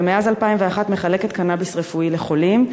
ומאז 2001 היא מחלקת קנאביס רפואי לחולים,